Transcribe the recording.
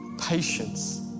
patience